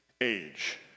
age